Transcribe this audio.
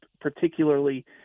particularly